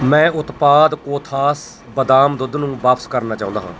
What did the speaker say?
ਮੈਂ ਉਤਪਾਦ ਕੋਥਾਸ ਬਦਾਮ ਦੁੱਧ ਨੂੰ ਵਾਪਸ ਕਰਨਾ ਚਾਹੁੰਦਾ ਹਾਂ